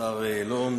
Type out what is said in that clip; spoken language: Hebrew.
השר יעלון.